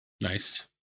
Nice